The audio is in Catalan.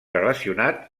relacionat